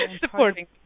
Supporting